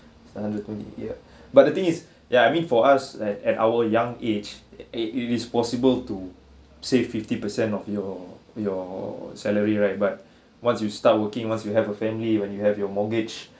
hundred twenty yeah but the thing is yeah I mean for us at at our young age it is possible to save fifty percent of your your salary right but once you start working once you have a family when you have your mortgage